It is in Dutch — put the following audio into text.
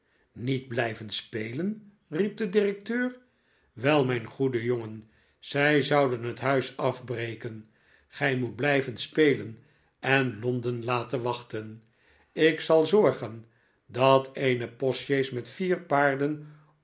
niet blijven spelen riep de directeur wel mijn goede jongen zij zouden het huis afbreken gij moet blijven spelen en londen laten wachten ik zal zorgen dat eene postsjees met vier paarden